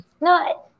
No